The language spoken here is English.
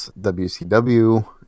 WCW